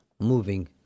moving